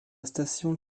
station